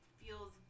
feels